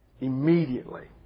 Immediately